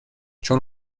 چون